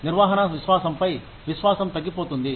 నిర్వహణ విశ్వాసంపై విశ్వాసం తగ్గిపోతుంది